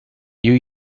you